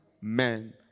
men